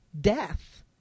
death